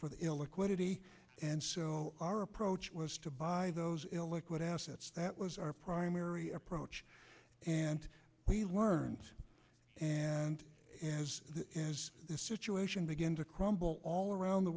for the illiquidity and so our approach was to buy those illiquid assets that was our primary approach and we learned and as the situation began to crumble all around the